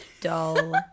dull